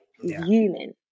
human